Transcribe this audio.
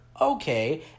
Okay